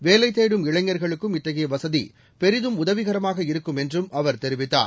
வேலை தேடும் இளைஞர்களுக்கும் இத்தகைய வசதி பெரிதும் உதவிகரமாக இருக்கும் என்றும் அவர் தெரிவித்தார்